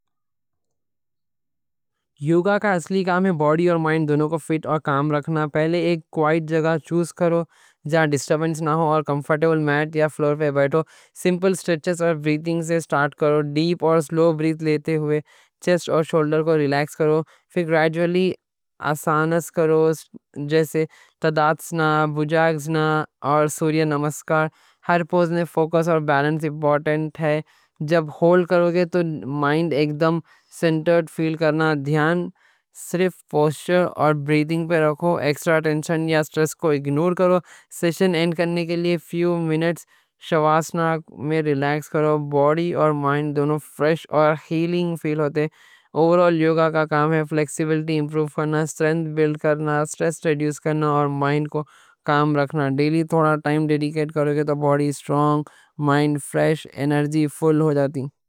یوگا کا اصلی کام ہے باڈی اور مائنڈ دونوں کو فٹ اور کام رکھنا۔ پہلے ایک کوائٹ جگہ چوز کرو جہاں ڈسٹربنس نہ ہو اور کمفرٹیبل میٹ یا فلور پہ بیٹھو۔ سمپل سٹریچز اور بریتھنگ سے سٹارٹ کرو۔ ڈیپ اور سلو بریتھ لیتے ہوئے چیسٹ اور شولڈر کو ریلیکس کرو۔ پھر گراجولی آسن کرو جیسا تاداسنہ، بھوجنگاسنہ اور سوریہ نمسکار۔ ہر پوز میں فوکس اور بیلنس امپورٹنٹ ہے۔ جب ہولڈ کرو گے تو مائنڈ ایک دم سنٹرڈ فیل کرے۔ دھیان صرف پوسچر اور بریتھنگ پہ رکھو، ایکسٹرا ٹینشن یا سٹریس کو اگنور کرو۔ سیشن اینڈ کرنے کے لیے فیو منٹس شواسانہ میں ریلیکس کرو۔ باڈی اور مائنڈ دونوں فریش اور ہیلنگ فیل ہوتے۔ اوور آل یوگا کا کام ہے فلیکسیبیلٹی امپروو کرنا، سٹرینتھ بیلڈ کرنا، سٹریس ریڈیوس کرنا اور مائنڈ کو کام رکھنا۔ ڈیلی تھوڑا ٹائم ڈیڈیکیٹ کرو گے تو باڈی سٹرونگ، مائنڈ فریش، انرجی فل ہو جاتی۔